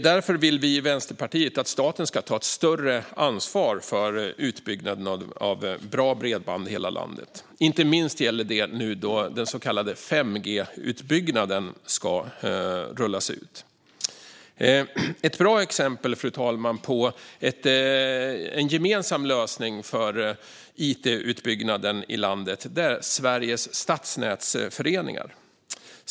Därför vill vi i Vänsterpartiet att staten ska ta ett större ansvar för utbyggnaden av bra bredband i hela landet. Inte minst gäller det nu när den så kallade 5G-utbyggnaden ska rullas ut. Ett bra exempel, fru talman, på en gemensam lösning för it-utbyggnaden i landet är Sveriges stadsnätsföreningar.